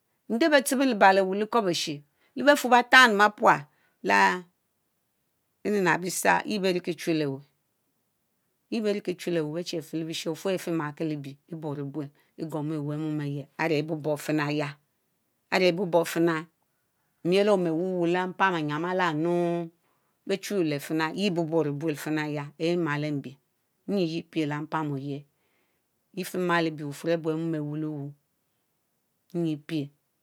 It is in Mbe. Ndẽrr betsebhrr lebal cee weh lee ɛkwobeché. cee befurr behtchan lee bepual leeh enana besar yie beriekie ohulewehr behhr chee fherr cee bishi ofuehrr ɛfimakie lee liebie; eyurro obuel egwormu ɛwaa emom ɛyieh arẽ eboborr finah yahh; arẽ ɛboborr finah miel omeh awuwuu lee mpan ɛnyian allah; bechulle final, yehh ɛbobor obuel finah yã ɛmahrr lee mbiehr bufurn ebue mom awuwuu inyipie